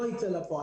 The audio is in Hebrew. לא ייצא לפועל.